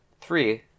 Three